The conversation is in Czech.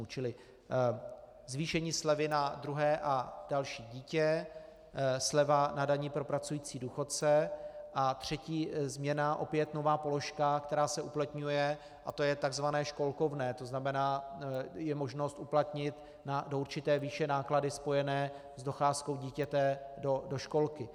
Čili zvýšení slevy na druhé a další dítě, sleva na dani pro pracující důchodce a třetí změna, opět nová položka, která se uplatňuje, a to je tzv. školkovné, to znamená je možnost uplatnit do určité výše náklady spojené s docházkou dítěte do školky.